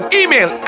email